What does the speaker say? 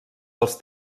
dels